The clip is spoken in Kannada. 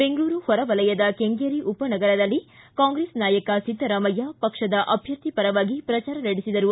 ಬೆಂಗಳೂರು ಹೊರವಲಯದ ಕೆಂಗೇರಿ ಉಪನಗರದಲ್ಲಿ ಕಾಂಗ್ರೆಸ್ ನಾಯಕ ಸಿದ್ದರಾಮಯ್ಯ ಪಕ್ಷದ ಅಭ್ಯರ್ಥಿ ಪರವಾಗಿ ಪ್ರಚಾರ ನಡೆಸಿದರು